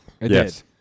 Yes